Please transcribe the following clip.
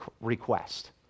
request